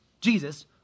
Jesus